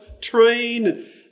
train